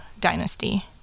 dynasty